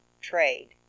trade